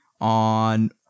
on